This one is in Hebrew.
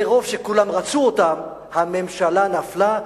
מרוב שכולם רצו אותם, הממשלה נפלה.